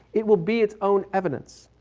it will be its own evidence.